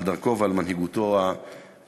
על דרכו ועל מנהיגותו הגדולה.